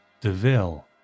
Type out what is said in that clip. Deville